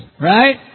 right